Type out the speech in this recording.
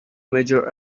major